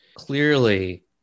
clearly